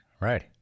Right